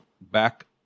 Back